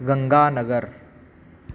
गङ्गानगरम्